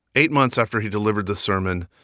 eight months after he delivered this sermon,